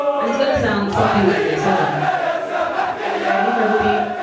and it's gonna sound something like this. holdem um are you are you ready for the beep?